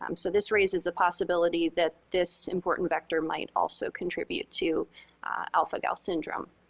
um so this raises the possibility that this important vector might also contribute to alpha-gal syndrome.